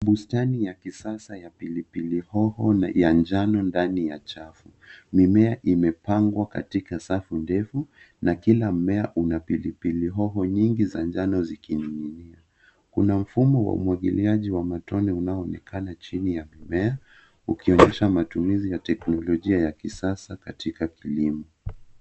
Bustani ya kisasa ya pilipili hoho na ya njano ndani ya chafu. Mimea imepangwa katika safu ndefu na kila mmea una pilipili hoho nyingi za njano zikining'inia. Kuna mfumo wa umwagiliaji wa matone unaonekana chini ya mmea ukionyesha matumizi ya teknolojia ya kisasa katika kilimo.